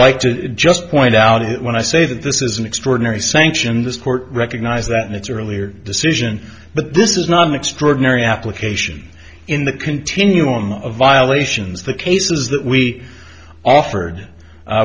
like to just point out when i say that this is an extraordinary sanction this court recognized that in its earlier decision but this is not an extraordinary application in the continuum of violations the cases that we offered